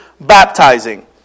baptizing